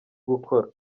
gukora